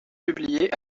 publiés